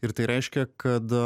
ir tai reiškia kad